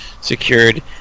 secured